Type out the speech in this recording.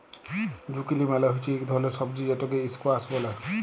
zucchini মালে হচ্যে ইক ধরলের সবজি যেটকে ইসকোয়াস ব্যলে